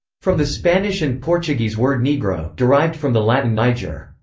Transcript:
from the spanish and portuguese word negro, derived from the latin niger.